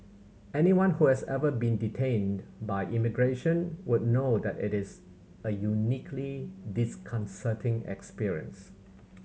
anyone who has ever been detained by immigration would know that it is a uniquely disconcerting experience